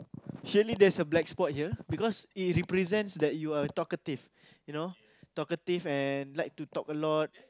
surely there's a black spot here because it represents that you are a talkative you know talkative and like to talk a lot